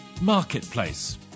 Marketplace